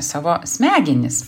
savo smegenis